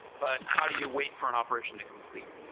but how do you wait for an operation to complete?